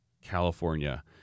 California